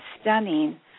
stunning